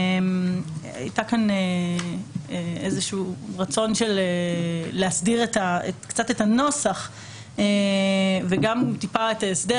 היה כאן איזשהו רצון להסדיר את הנוסח וגם מעט את ההסדר